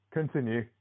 Continue